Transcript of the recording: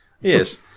yes